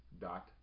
dot